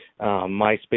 MySpace